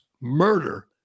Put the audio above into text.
murder